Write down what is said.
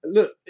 Look